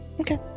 Okay